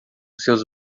seus